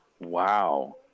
Wow